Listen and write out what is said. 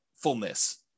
fullness